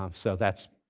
um so that's,